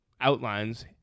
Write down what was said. outlines